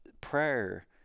Prayer